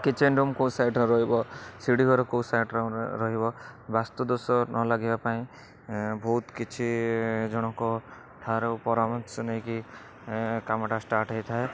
kitchen room କେଉଁ ସାଇଡ଼୍ରେ ରହିବ ଶିଡ଼ି ଘର କେଉଁ ସାଇଡ଼୍ରେ ଆମର ରହିବ ବାସ୍ତୁ ଦୋଷ ନ ଲାଗିବା ପାଇଁ ବହୁତ କିଛି ଜଣଙ୍କ ଠାରୁ ପରାମର୍ଶ ନେଇକି କାମଟା ଷ୍ଟାର୍ଟ୍ ହେଇଥାଏ